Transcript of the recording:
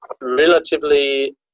relatively